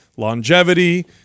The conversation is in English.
longevity